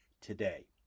today